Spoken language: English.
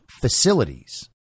facilities